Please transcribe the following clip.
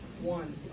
One